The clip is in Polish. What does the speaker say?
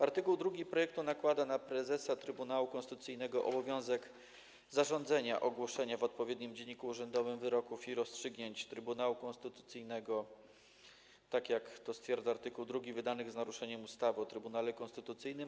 Art. 2 projektu nakłada na prezesa Trybunału Konstytucyjnego obowiązek zarządzenia ogłoszenia w odpowiednim dzienniku urzędowym wyroków i rozstrzygnięć Trybunału Konstytucyjnego, tak jak to stwierdza art. 2, wydanych z naruszeniem ustawy o Trybunale Konstytucyjnym.